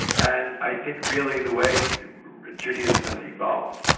and i think really the way judaism has evolved,